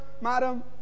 madam